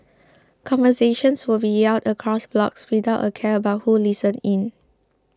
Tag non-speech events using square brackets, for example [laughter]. [noise] conversations would be yelled across blocks without a care about who listened in